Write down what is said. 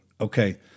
Okay